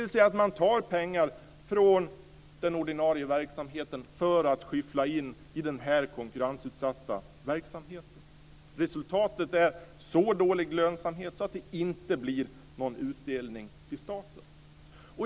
Man tar alltså pengar från den ordinarie verksamheten för att skyffla in i den här konkurrensutsatta verksamheten. Resultatet är så dålig lönsamhet att det inte blir någon utdelning till staten.